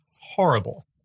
horrible